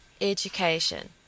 education